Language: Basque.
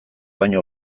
baino